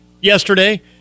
yesterday